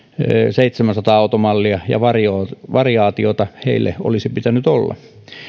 seitsemänsataa automallia ja variaatiota heille olisi pitänyt olla